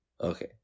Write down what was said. Okay